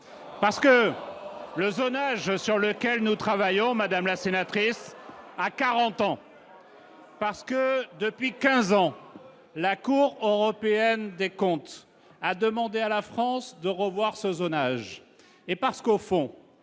parce que le zonage sur lequel nous travaillons madame la sénatrice à 40 ans parce que depuis 15 ans, la Cour européenne des comptes à demander à la France de revoir ce zonage et parce qu'au fond